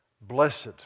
Blessed